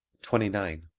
twenty nine.